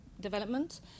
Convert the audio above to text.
development